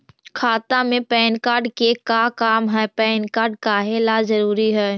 खाता में PAN card के का काम है पैन कार्ड काहे ला जरूरी है?